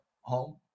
home